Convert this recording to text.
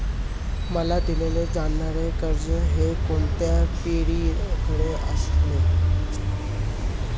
मला दिले जाणारे कर्ज हे कोणत्या पिरियडचे असेल?